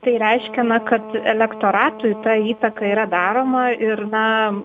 tai reiškia kad elektoratui ta įtaka yra daroma ir na